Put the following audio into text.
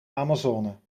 amazone